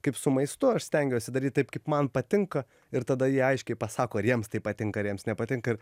kaip su maistu aš stengiuosi daryt taip kaip man patinka ir tada jie aiškiai pasako ar jiems tai patinka ar jiems nepatinka ir